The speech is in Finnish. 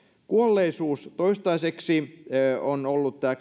kuolleisuus toistaiseksi on ollut tämä